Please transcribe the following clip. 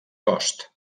cost